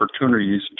opportunities